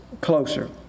closer